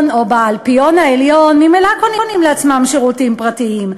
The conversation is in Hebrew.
העליון או באלפיון העליון ממילא קונות לעצמם שירותים פרטיים.